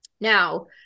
Now